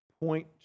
point